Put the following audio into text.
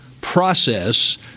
process